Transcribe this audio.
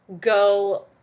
go